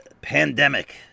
pandemic